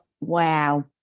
wow